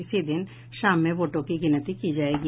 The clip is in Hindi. इसी दिन शाम में वोटों की गिनती की जायेगी